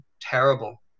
terrible